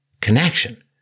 connection